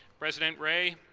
president ray,